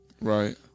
right